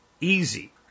easy